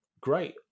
great